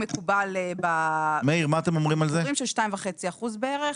מקובל, 2.5 אחוזים בערך.